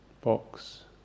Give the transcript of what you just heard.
box